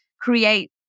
create